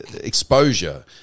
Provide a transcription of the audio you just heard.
exposure